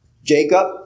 Jacob